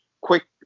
quick